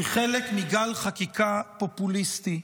היא חלק מגל חקיקה פופוליסטי,